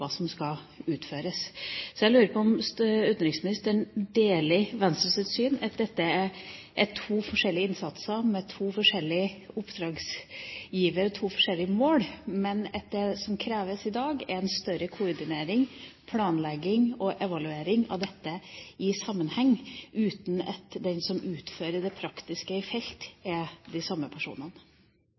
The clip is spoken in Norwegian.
som skal utføres. Så jeg lurer på om utenriksministeren deler Venstres syn på at dette er to forskjellige innsatser med to forskjellige oppdragsgivere og to forskjellige mål, men at det som kreves i dag, er en større koordinering, planlegging og evaluering av dette i sammenheng, uten at de som utfører det praktiske i felt, er de samme personene.